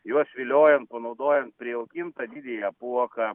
juos viliojant panaudojant prijaukintą didįjį apuoką